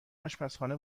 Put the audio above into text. آشپزخانه